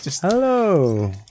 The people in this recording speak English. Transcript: Hello